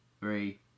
three